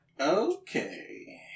Okay